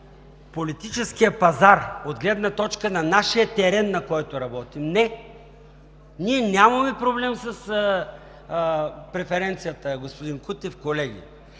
политическия пазар, от гледна точка на нашия терен, на който работим. Не! Ние нямаме проблем с преференцията, господин Кутев, колеги.